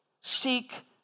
seek